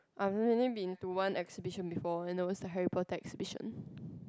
I've only been to one exhibition before and that was the Harry Potter exhibition